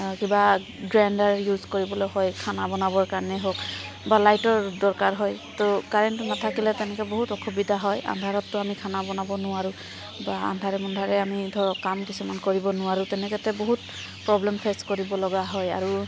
কিবা grinder use কৰিবলৈ হয় খানা বনাবৰ কাৰণে হওক বা লাইটৰ দৰকাৰ হয় তহ কাৰেণ্টটো নাথাকিলে তেনেকৈ বহুত অসুবিধা হয় আন্ধাৰততো আমি খানা বনাব নোৱাৰোঁ বা আন্ধাৰে মুন্ধাৰে আমি ধৰক কাম কিছুমান কৰিব নোৱাৰোঁ তেনেকুৱাতে বহুত প্ৰব্লেম ফেচ কৰিবলগা হয় আৰু